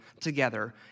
together